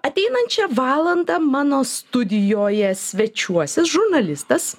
ateinančią valandą mano studijoje svečiuosis žurnalistas